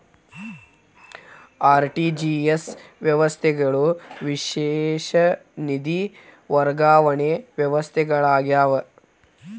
RTGS ವ್ಯವಸ್ಥೆಗಳು ವಿಶೇಷ ನಿಧಿ ವರ್ಗಾವಣೆ ವ್ಯವಸ್ಥೆಗಳಾಗ್ಯಾವ